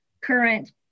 current